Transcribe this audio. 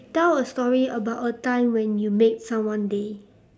tell a story about a time when you made someone day